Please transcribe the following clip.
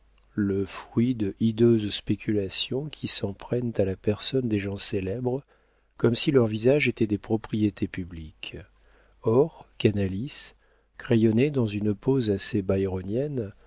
le fruit de hideuses spéculations qui s'en prennent à la personne des gens célèbres comme si leurs visages étaient des propriétés publiques or canalis crayonné dans une pose assez